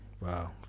wow